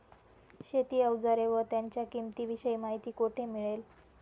शेती औजारे व त्यांच्या किंमतीविषयी माहिती कोठे मिळेल?